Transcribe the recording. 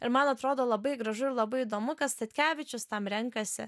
ir man atrodo labai gražu ir labai įdomu kad statkevičius tam renkasi